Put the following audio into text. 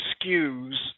excuse